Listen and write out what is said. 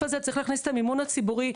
הזה צריך להכניס את המימון הציבורי,